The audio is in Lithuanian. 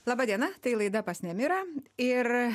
laba diena tai laida pas nemirą ir